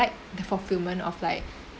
like the fulfillment of like